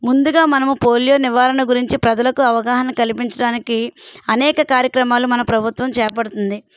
ముందుగా మనము పోలియో నివారణ గురించి ప్రజలకు అవగాహన కల్పించడానికి అనేక కార్యక్రమాలు మన ప్రభుత్వం చేపడుతుంది